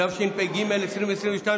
התשפ"ג 2022,